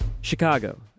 Chicago